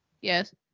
Yes